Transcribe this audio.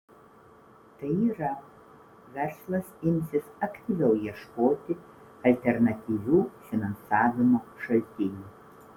tai yra verslas imsis aktyviau ieškoti alternatyvių finansavimo šaltinių